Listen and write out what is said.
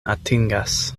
atingas